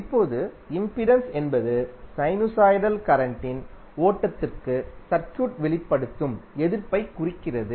இப்போது இம்பிடன்ஸ் என்பது சைனுசாய்டல் கரண்ட்டின் ஓட்டத்திற்கு சர்க்யூட் வெளிப்படுத்தும் எதிர்ப்பைக் குறிக்கிறது